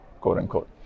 quote-unquote